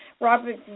Robert